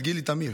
את גילי תמיר.